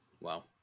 Wow